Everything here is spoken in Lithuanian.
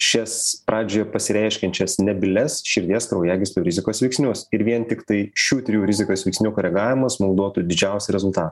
šias pradžioje pasireiškiančias nebylias širdies kraujagyslių rizikos veiksnius ir vien tiktai šių trijų rizikos veiksnių koregavimas mum duotų didžiausią rezultatą